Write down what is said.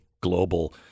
global